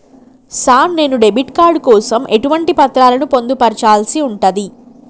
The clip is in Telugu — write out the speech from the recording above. సార్ నేను డెబిట్ కార్డు కోసం ఎటువంటి పత్రాలను పొందుపర్చాల్సి ఉంటది?